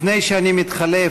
לפני שאני מתחלף,